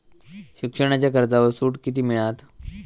शिक्षणाच्या कर्जावर सूट किती मिळात?